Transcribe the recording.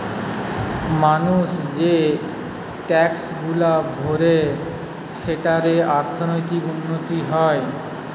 মানুষ যে ট্যাক্সগুলা ভরে সেঠারে অর্থনীতির উন্নতি হয়